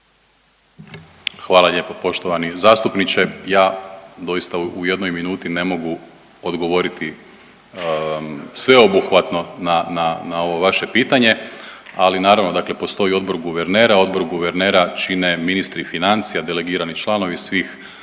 Hvala lijepo poštovani zastupniče. Ja doista u jednoj minuti ne mogu odgovoriti sveobuhvatno na, na ovo vaše pitanje, ali naravno dakle postoji odbor guvernera. Odbor guvernera čine ministri financija delegirani članovi svih